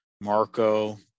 Marco